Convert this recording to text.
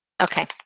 Okay